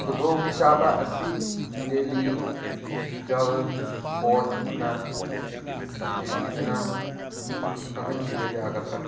ꯈꯨꯗꯣꯡꯆꯥꯕ ꯑꯁꯤ ꯗꯦꯜꯂꯤ ꯖꯜ ꯕꯣꯔꯠꯅ ꯊꯤꯖꯤꯟꯕꯤꯗꯨꯅ ꯈꯪꯍꯟꯕꯤꯕ ꯌꯥꯒꯗ꯭ꯔꯥ